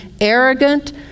arrogant